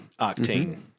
octane